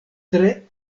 tre